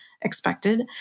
expected